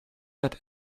that